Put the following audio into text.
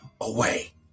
away